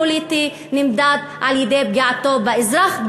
הפוליטי נמדד על-ידי פגיעתו באזרח,